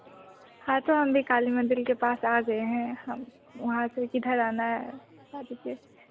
हाँ तो हम भी काली मन्दिर के पास आ गए हैं हम वहाँ से किधर आना है बता दीजिए